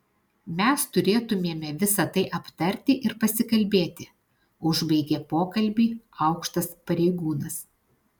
mes turėtumėme visa tai aptarti ir pasikalbėti užbaigė pokalbį aukštas pareigūnas